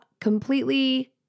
completely